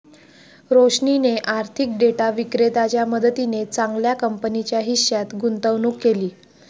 रोशनीने आर्थिक डेटा विक्रेत्याच्या मदतीने चांगल्या कंपनीच्या हिश्श्यात गुंतवणूक केली